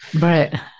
Right